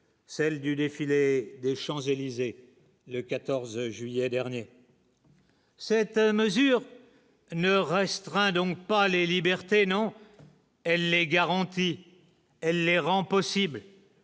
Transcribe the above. celle du défilé des. ChampsElysées le 14 juillet dernier. Cette mesure ne restreint donc pas les libertés non elle est garantie, elle les rend possible.